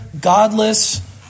godless